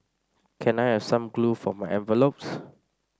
can I have some glue for my envelopes